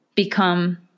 become